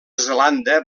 zelanda